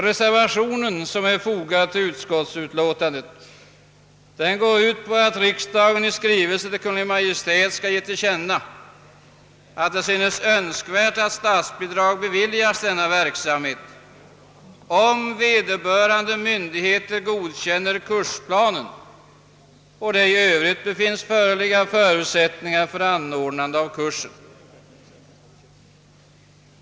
Reservationen som är fogad till utskottsutlåtandet på denna punkt går ut på att riksdagen i skrivelse till Kungl. Maj:t skall ge till känna att det synes önskvärt att statsbidrag beviljas för denna verksamhet, om vederbörande myndigheter godkänner kursplanen och det i övrigt befinnes föreligga förutsättningar för anordnande av kursen.